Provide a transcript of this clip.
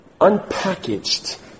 unpackaged